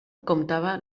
comptava